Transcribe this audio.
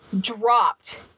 dropped